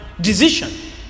decision